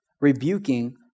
rebuking